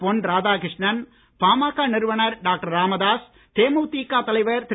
பொன் ராதாகிருஷ்ணன் பாமக நிறுவனர் டாக்டர் ராமதாஸ் தேமுதிக தலைவர் திரு